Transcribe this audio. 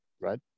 right